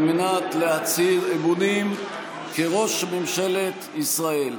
על מנת להצהיר אמונים כראש ממשלת ישראל.